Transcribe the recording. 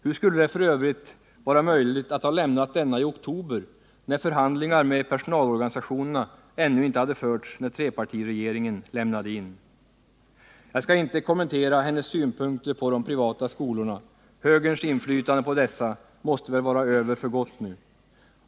Hur skulle det vara möjligt för övrigt att ha lämnat denna i oktober, när förhandlingar med personalorganisationerna ännu inte hade förts då trepartiregeringen lämnade in? Jag skall inte kommentera hennes synpunkter på de privata skolorna — högerns inflytande på dessa måste väl vara över för gott nu.